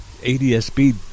ADSB